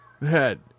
head